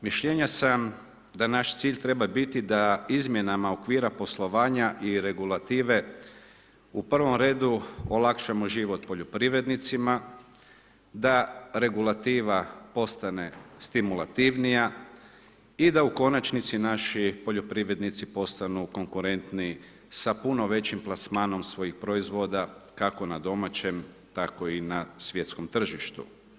Mišljenja sam da naš cilj treba biti da izmjenama okvira poslovanja i regulative u prvom redu olakšamo život poljoprivrednicima, da regulativa postane stimulativnija i da u konačnici naši poljoprivrednici postanu konkuretniji sa puno većim plasmanom svojih proizvoda kako n domaćem tako i na svjetskom tržištu.